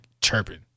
chirping